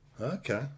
Okay